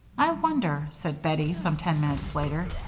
i wonder, said bettie, some ten minutes later,